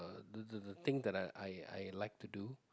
the the the thing that I I I like to do